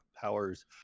powers